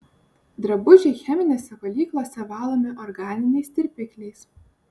drabužiai cheminėse valyklose valomi organiniais tirpikliais